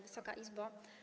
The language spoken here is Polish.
Wysoka Izbo!